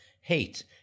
Hate